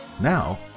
Now